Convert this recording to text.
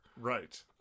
Right